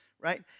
right